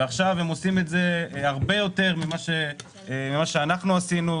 ועכשיו הם עושים את זה הרבה יותר ממה שאנחנו עשינו,